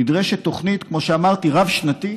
נדרשת תוכנית, כמו שאמרתי, רב-שנתית,